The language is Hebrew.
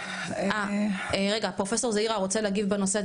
רגע פרופסור זעירא רוצה להגיד בנושא,